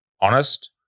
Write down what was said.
honest